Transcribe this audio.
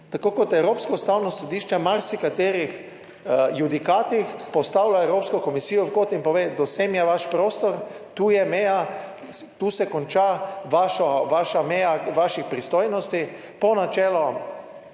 tako kot Evropsko ustavno sodišče v marsikaterih judikatih postavlja Evropsko komisijo v kot in pove, do sem je vaš prostor, tu je meja, tu se konča vaša, vaša, meja vaših pristojnosti